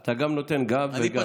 אתה גם נותן גב וגם,